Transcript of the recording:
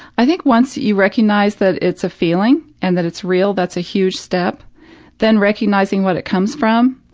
i think once you recognize that it's a feeling and that it's real, that's a huge step then recognizing what it comes from.